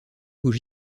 aux